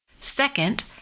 Second